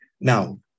Now